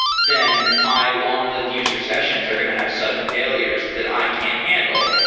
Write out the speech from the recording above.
then my long-lived user sessions are going to have sudden failures that i can't handle.